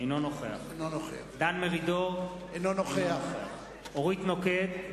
אינו נוכח דן מרידור, אינו נוכח אורית נוקד,